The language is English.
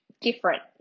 Different